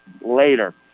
later